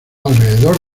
alrededor